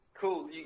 cool